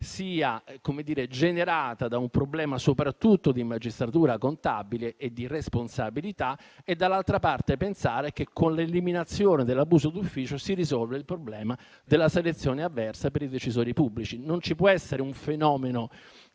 firma sia generata da un problema soprattutto di magistratura contabile e di responsabilità e, dall'altra parte, pensare che con l'eliminazione dell'abuso d'ufficio si risolva il problema della selezione avversa per i decisori pubblici. Non ci può essere un fenomeno